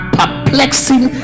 perplexing